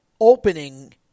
opening